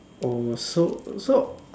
oh so so